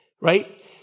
right